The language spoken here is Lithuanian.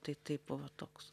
tai tai buvo toks